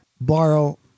borrow